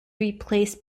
replaced